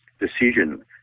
decision